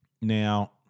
Now